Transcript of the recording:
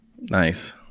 Nice